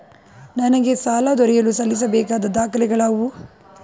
ನನಗೆ ಸಾಲ ದೊರೆಯಲು ಸಲ್ಲಿಸಬೇಕಾದ ದಾಖಲೆಗಳಾವವು?